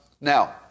Now